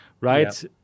right